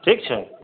ठीक छै